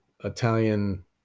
italian